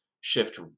shift